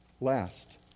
last